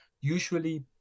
usually